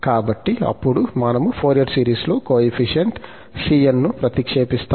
కాబట్టి అప్పుడు మనము ఫోరియర్ సిరీస్లో కోయెఫిషియంట్ cn ను ప్రతిక్షేపిస్తాము